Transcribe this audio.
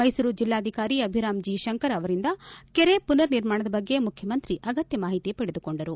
ಮೈಸೂರು ಜಿಲ್ಲಾಧಿಕಾರಿ ಅಭಿರಾಂ ಜಿ ಶಂಕರ್ ಅವರಿಂದ ಕೆರೆ ಮನರ್ ನಿರ್ಮಾಣದ ಬಗ್ಗೆ ಮುಖ್ಯಮಂತ್ರಿ ಅಗತ್ಯ ಮಾಹಿತಿ ಪಡೆದುಕೊಂಡರು